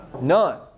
None